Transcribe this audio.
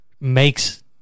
makes